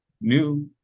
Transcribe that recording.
new